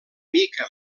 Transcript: mica